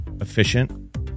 efficient